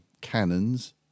cannons